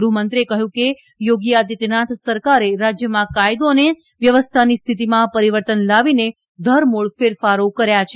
ગૃહમંત્રીએ કહયું કે યોગી આદિત્યનાથ સરકારે રાજયમાં કાયદો અને વ્યવસ્થાની સ્થિતિમાં પરીવર્તન લાવીને ધરમુળ ફેરફારો કર્યા છે